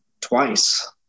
twice